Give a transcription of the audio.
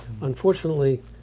unfortunately